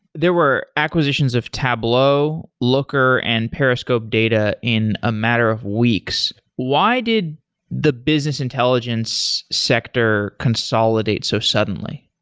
there were acquisitions of tableau, looker and periscope data in a matter of weeks. why did the business intelligence sector consolidate so suddenly?